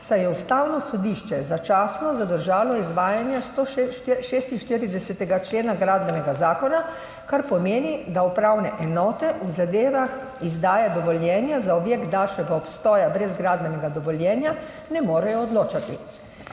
saj je Ustavno sodišče začasno zadržalo izvajanje 146. člena Gradbenega zakona, kar pomeni, da upravne enote v zadevah izdaje dovoljenja za objekt daljšega obstoja brez gradbenega dovoljenja ne morejo odločati.